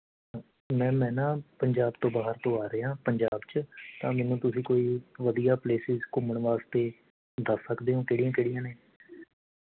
ma'am ਮੈਂ ਨਾ ਪੰਜਾਬ ਤੋਂ ਬਾਹਰ ਤੋਂ ਆ ਰਿਹਾ ਪੰਜਾਬ 'ਚ ਤਾਂ ਮੈਨੂੰ ਤੁਸੀਂ ਕੋਈ ਵਧੀਆ ਪਲੇਸਿਜ਼ ਘੁੰਮਣ ਵਾਸਤੇ ਦੱਸ ਸਕਦੇ ਓ ਕਿਹੜੀਆਂ ਕਿਹੜੀਆਂ ਨੇ